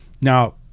Now